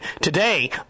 today